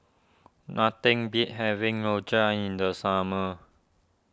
nothing beats having Rojak in the summer